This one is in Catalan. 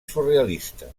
surrealista